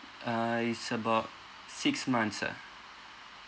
uh it's about six months ah